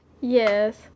Yes